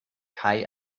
kai